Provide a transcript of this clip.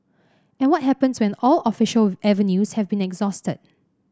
and what happens when all official avenues have been exhausted